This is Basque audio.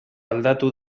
aldatu